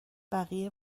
بقیه